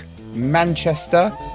Manchester